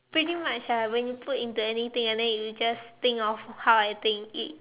pretty much ah when you put into anything and then you just think of how I think it